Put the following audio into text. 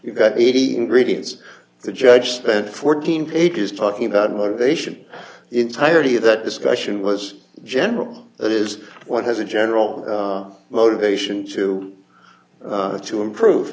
you got eighty ingredients the judge spent fourteen pages talking about motivation entirely that discussion was general that is what has a general motivation to have to improve